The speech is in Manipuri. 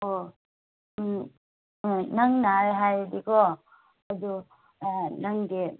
ꯑꯣ ꯎꯝ ꯅꯪ ꯅꯥꯔꯦ ꯍꯥꯏꯔꯗꯤꯀꯣ ꯑꯗꯨ ꯅꯪꯒꯤ